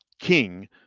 King